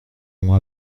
ont